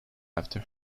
after